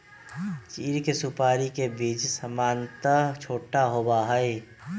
चीड़ के सुपाड़ी के बीज सामन्यतः छोटा होबा हई